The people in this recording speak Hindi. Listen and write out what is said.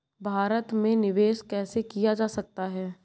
भारत में निवेश कैसे किया जा सकता है?